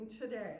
today